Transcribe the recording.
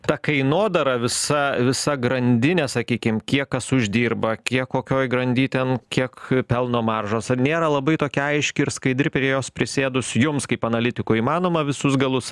ta kainodara visa visa grandinė sakykim kiek kas uždirba kiek kokioj grandy ten kiek pelno maržos ar nėra labai tokia aiški ir skaidri prie jos prisėdus jums kaip analitikui įmanoma visus galus